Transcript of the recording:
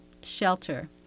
shelter